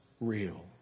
real